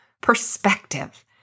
perspective